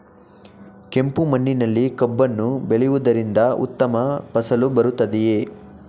ಕೆಂಪು ಮಣ್ಣಿನಲ್ಲಿ ಕಬ್ಬನ್ನು ಬೆಳೆಯವುದರಿಂದ ಉತ್ತಮ ಫಸಲು ಬರುತ್ತದೆಯೇ?